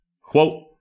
Quote